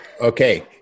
Okay